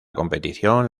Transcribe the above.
competición